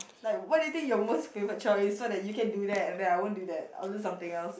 like what do you think your most favourite chore is so that you can do that and then I won't do that I'll do something else